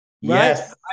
yes